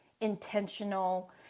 intentional